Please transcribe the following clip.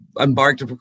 embarked